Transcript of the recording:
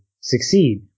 succeed